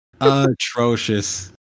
Atrocious